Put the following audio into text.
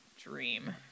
dream